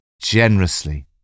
generously